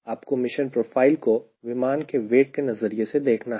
आपको mission profile को विमान के वेट के नजरिए से देखना है